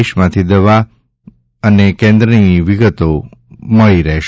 દેમાંથી દવા અને કેન્દ્રની વિગતો મળી રહેશે